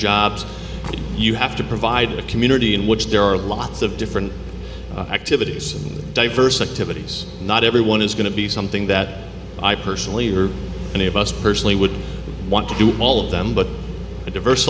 that you have to provide a community in which there are lots of different activities diversities not everyone is going to be something that i personally or any of us personally would want to do all of them but a diverse